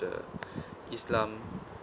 the islam